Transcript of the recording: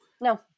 No